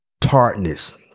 tartness